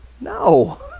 No